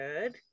Good